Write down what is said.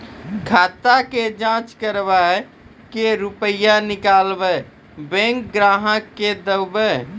खाता के जाँच करेब के रुपिया निकैलक करऽ बैंक ग्राहक के देब?